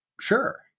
sure